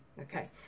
Okay